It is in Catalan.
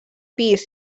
pis